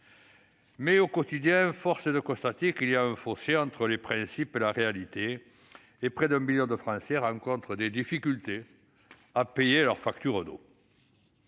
au quotidien, force est de constater qu'il y a un fossé entre les principes et la réalité, et près de 1 million de Français rencontrent des difficultés à payer leur facture d'eau.